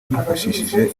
bifashishije